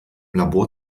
labor